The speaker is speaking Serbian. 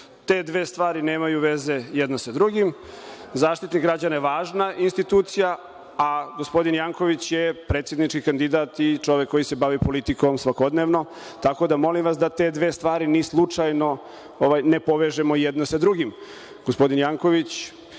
Te dve stvari nemaju veze jedna sa drugom. Zaštitnik građana je važna institucija, a gospodin Janković je predsednički kandidat i čovek koji se bavi politikom svakodnevno, tako da molim vas da te dve stvari ni slučajno ne povežemo jednu sa